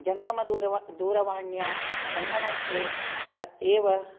जंगमदूरवाण् दूरवाण्यां सङ्गणके अ एव